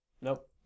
Nope